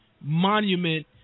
monument